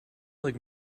like